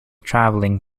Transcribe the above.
travelling